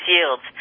yields